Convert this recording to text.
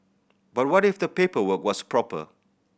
but what if the paperwork was proper